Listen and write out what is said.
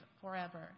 forever